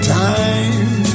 time